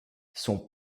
son